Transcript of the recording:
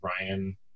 Ryan